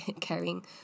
carrying